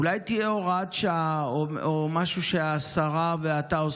אולי תהיה הוראת שעה או משהו שהשרה ואתה,